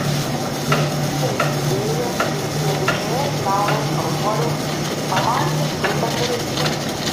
jie tyliai įėjo ir prie dešinės navos altoriaus pamatė grupę turistų